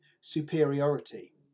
superiority